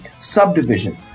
Subdivision